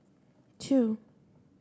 two